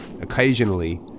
Occasionally